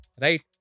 Right